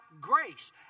grace